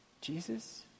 Jesus